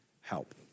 help